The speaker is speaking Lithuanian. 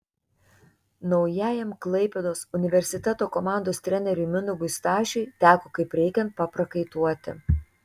naujajam klaipėdos universiteto komandos treneriui mindaugui stašiui teko kaip reikiant paprakaituoti